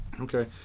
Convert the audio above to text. okay